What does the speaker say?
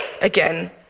again